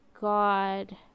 God